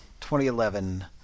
2011